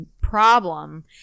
Problem